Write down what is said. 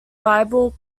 bible